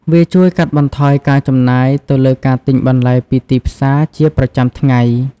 វាជួយកាត់បន្ថយការចំណាយទៅលើការទិញបន្លែពីទីផ្សារជាប្រចាំថ្ងៃ។